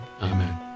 Amen